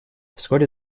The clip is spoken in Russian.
вскоре